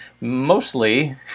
Mostly